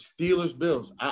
Steelers-Bills